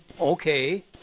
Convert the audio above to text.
okay